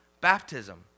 baptism